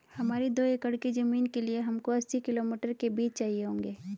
हमारी दो एकड़ की जमीन के लिए हमको अस्सी किलो मटर के बीज चाहिए होंगे